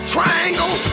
triangle